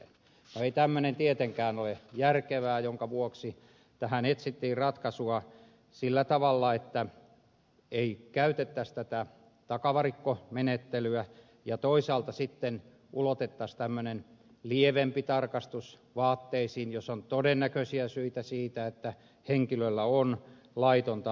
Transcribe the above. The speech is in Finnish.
no ei tämmöinen tietenkään ole järkevää minkä vuoksi tähän etsittiin ratkaisua sillä tavalla että ei käytettäisi tätä takavarikkomenettelyä ja toisaalta sitten ulotettaisiin tämmöinen lievempi tarkastus vaatteisiin jos on todennäköisiä syitä että henkilöllä on laitonta alkoholijuomaa hallussa